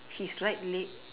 his right leg